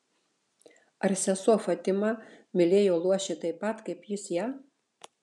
ar sesuo fatima mylėjo luošį taip pat kaip jis ją